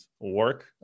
work